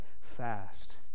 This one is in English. fast